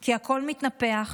כי הכול מתנפח,